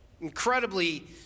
incredibly